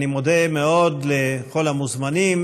אני מודה מאוד לכל המוזמנים